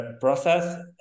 process